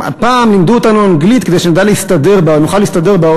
פעם לימדו אותנו אנגלית כדי שנוכל להסתדר בעולם.